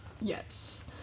Yes